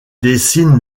dessine